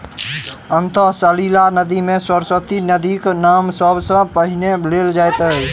अंतः सलिला नदी मे सरस्वती नदीक नाम सब सॅ पहिने लेल जाइत अछि